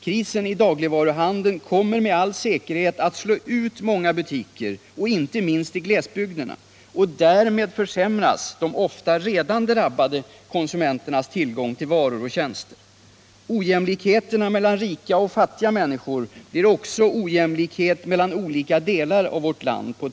Krisen i dagligvaruhandeln kommer med all säkerhet att slå ut många butiker, inte minst i glesbygderna, och därmed försämras de ofta redan drabbade konsumenternas tillgång till varor och tjänster. Ojämlikheterna mellan rika och fattiga människor blir också ojämlikhet mellan olika delar av vårt land.